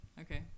Okay